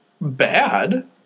bad